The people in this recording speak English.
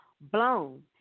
blown